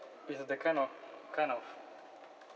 it's the kind of kind of